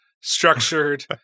structured